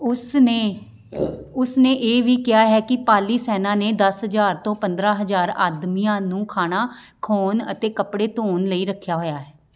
ਉਸਨੇ ਉਸਨੇ ਇਹ ਵੀ ਕਿਹਾ ਹੈ ਕਿ ਪਾਲੀ ਸੈਨਾ ਨੇ ਦਸ ਹਜ਼ਾਰ ਤੋਂ ਪੰਦਰਾਂ ਹਜ਼ਾਰ ਆਦਮੀਆਂ ਨੂੰ ਖਾਣਾ ਖੁਆਉਣ ਅਤੇ ਕੱਪੜੇ ਧੋਣ ਲਈ ਰੱਖਿਆ ਹੋਇਆ ਹੈ